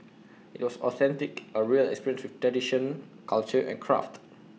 IT was authentic A real experience with tradition culture and craft